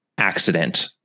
accident